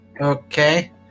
Okay